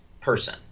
person